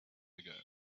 ago